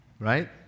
Right